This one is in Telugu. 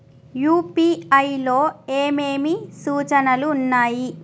యూ.పీ.ఐ లో ఏమేమి సూచనలు ఉన్నాయి?